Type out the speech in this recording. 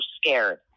scared